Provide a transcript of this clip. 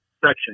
section